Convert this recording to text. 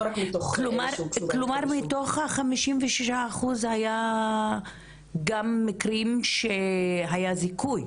כלומר מתוך ה-56 אחוז היו גם מקרים שהיה זיכוי,